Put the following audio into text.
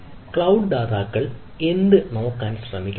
cloud ദാതാക്കൾ എന്ത് നോക്കാൻ ശ്രമിക്കുന്നു